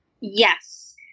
Yes